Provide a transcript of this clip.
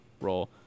roll